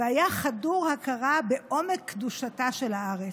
והיה חדור ההכרה בעומק קדושתה של הארץ.